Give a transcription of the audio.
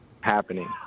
happening